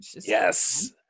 yes